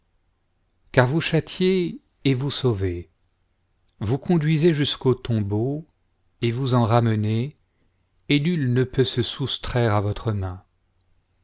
car voub châtiez et vous sauvez voue conduisez jusqu'au tombeau et vous en ramenez et nul ne peut se soustraire à votre main